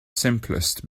simplest